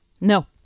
No